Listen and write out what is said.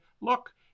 look